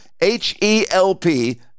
H-E-L-P